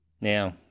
Now